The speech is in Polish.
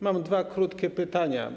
Mam dwa krótkie pytania.